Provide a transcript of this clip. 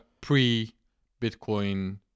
pre-Bitcoin